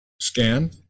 scan